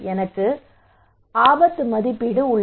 எனக்கு ஆபத்து மதிப்பீடு உள்ளது